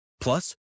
Plus